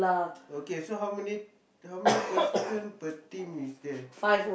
okay so how many how many person per team is there